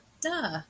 duh